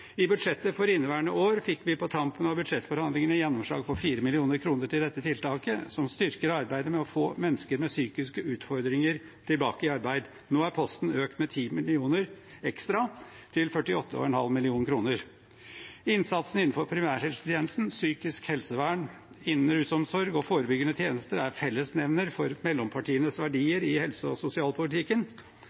I budsjettet for inneværende år fikk vi på tampen av budsjettforhandlingene gjennomslag for 4 mill. kr til dette tiltaket, som styrker arbeidet med å få mennesker med psykiske utfordringer tilbake i arbeid. Nå er posten økt med 10 mill. kr ekstra, til 48,5 mill. kr. Innsatsen innenfor primærhelsetjenesten, psykisk helsevern innenfor rusomsorg og forebyggende tjenester er fellesnevner for mellompartienes verdier i helse- og sosialpolitikken.